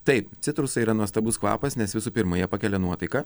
taip citrusai yra nuostabus kvapas nes visų pirma jie pakelia nuotaiką